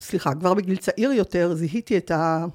סליחה, כבר בגיל צעיר יותר, זיהיתי את ה...